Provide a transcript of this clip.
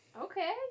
Okay